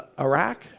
Iraq